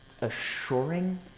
assuring